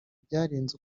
byarenze